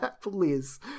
please